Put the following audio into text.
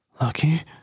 lucky